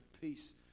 peace